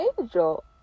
Angel